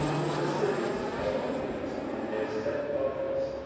in the cities of the priests, in their set office,